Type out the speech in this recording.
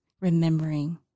remembering